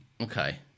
Okay